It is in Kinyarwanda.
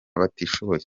batishoboye